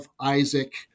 Isaac